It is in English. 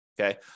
okay